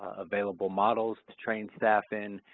available models to train staff in,